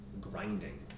grinding